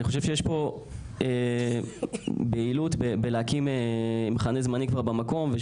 אני חושב שיש פה בהילות להקים מחנה זמני כבר במקום.